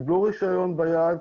קיבלו רישיון ביד,